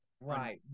Right